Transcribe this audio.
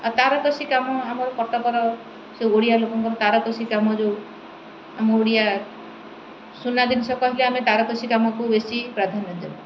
ଆଉ ତାରକସି କାମ ଆମର କଟକର ସେ ଓଡ଼ିଆ ଲୋକଙ୍କର ତାରକସି କାମ ଯୋଉ ଆମ ଓଡ଼ିଆ ସୁନା ଜିନିଷ କହିଲେ ଆମେ ତାରକସି କାମକୁ ବେଶୀ ପ୍ରାଧାନ୍ୟ ଦେଉ